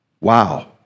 Wow